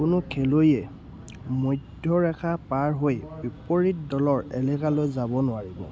কোনো খেলুৱৈয়ে মধ্যৰেখা পাৰ হৈ বিপৰীত দলৰ এলেকালৈ যাব নোৱাৰিব